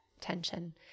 tension